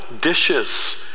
dishes